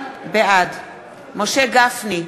גפני,